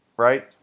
right